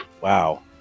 Wow